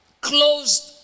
closed